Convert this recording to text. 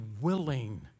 willing